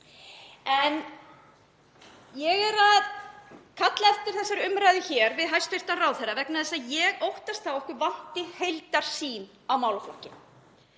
Ég er að kalla eftir þessari umræðu hér við hæstv. ráðherra vegna þess að ég óttast að okkur vanti heildarsýn á málaflokkinn.